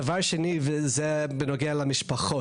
דבר שני זה בנוגע למשפחות.